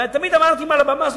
ותמיד אמרתי מעל הבמה הזאת,